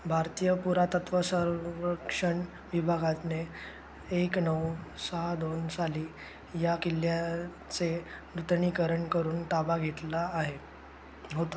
भारतीय पुरातत्व सर्वेक्षण विभागाने एक नऊ सहा दोन साली या किल्ल्याचे नुतनीकरण करून ताबा घेतला आहे होता